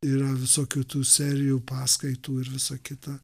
yra visokių tų serijų paskaitų ir visa kita